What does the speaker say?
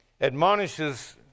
admonishes